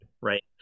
right